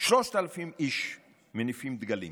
3,000 איש מניפים דגלים.